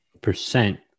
percent